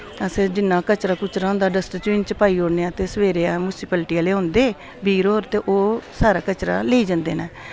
अस जिन्ना कचरा कुचरा होंदा डस्टबिन च पाई ओड़ने आं ते सवेरे मुंसपैलटी आह्ले औंदे बीर होर ते ओह् सारा कचरा लेई जन्दे न